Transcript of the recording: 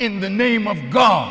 in the name of god